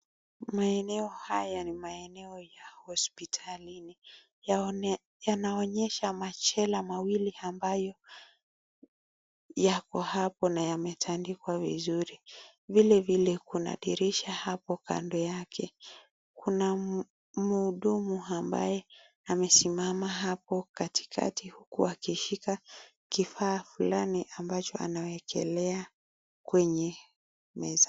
Maeneo haya ni maeneo ya hospitalini. Yanaonesha mashela mawili ambayo yako hapo na yametandikwa vizuru. Vile vile Kuna dirisha hapo kando yake kuna muhudumu ambaye amesimama hapo katika huku akishika kifaa Fulani ambacho anakiwekelea kwenye meza.